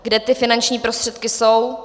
Kde ty finanční prostředky jsou.